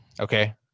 okay